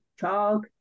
chalk